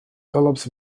phillips